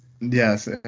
Yes